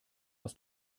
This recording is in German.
aus